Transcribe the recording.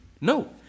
No